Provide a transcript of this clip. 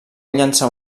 llançar